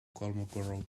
kolmogorov